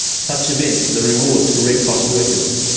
such events are the rewards for red cross workers.